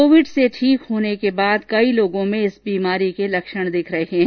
Covid से ठीक होने के बाद कई लोगों में इस बीमारी के लक्षण दिख रहे हैं